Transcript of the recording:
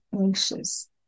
anxious